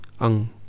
ang